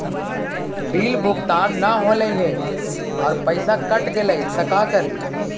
Bill भुगतान न हौले हे और पैसा कट गेलै त का करि?